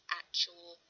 actual